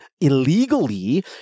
illegally